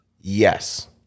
Yes